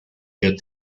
good